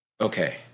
Okay